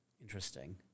Interesting